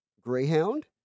Greyhound